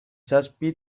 zazpi